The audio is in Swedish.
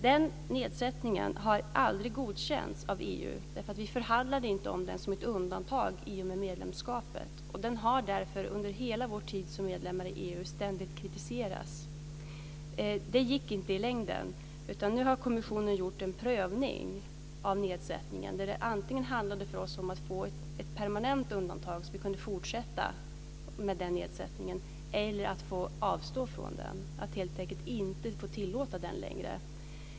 Den nedsättningen har aldrig godkänts av EU. Vi förhandlade inte om den som ett undantag i och med medlemskapet. Den har därför under hela vår tid som medlem i EU ständigt kritiserats. Det gick inte i längden. Nu har kommissionen gjort en prövning av nedsättningen där det för oss handlade om att antingen få ett permanent undantag så att vi kunde fortsätta ha denna nedsättning eller avstå från den, att helt enkelt inte kunna tillåta den längre.